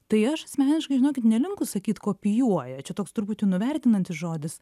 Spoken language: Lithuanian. tai aš asmeniškai žinokit nelinkus sakyti kopijuoja čia toks truputį nuvertinantis žodis